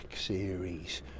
series